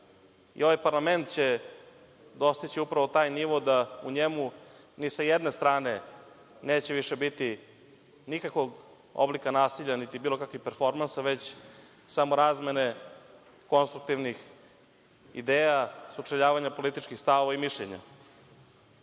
i ovaj parlament će dostići upravo taj nivo da u njemu ni sa jedne strane neće više biti nikakvog oblika nasilja niti bilo kakvih performansa, već samo razmene konstruktivnih ideja sučeljavanja političkih stavova mišljenja. Kada